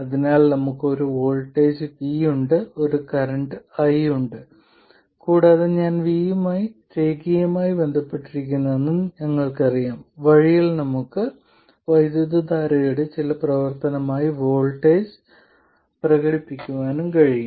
അതിനാൽ നമുക്ക് ഒരു വോൾട്ടേജ് V ഉണ്ട് ഒരു കറന്റ് I ഉണ്ട് കൂടാതെ ഞാൻ V യുമായി രേഖീയമായി ബന്ധപ്പെട്ടിരിക്കുന്നുവെന്ന് ഞങ്ങൾക്കറിയാം വഴിയിൽ നമുക്ക് വൈദ്യുതധാരയുടെ ചില പ്രവർത്തനമായി വോൾട്ടേജ് പ്രകടിപ്പിക്കാനും കഴിയും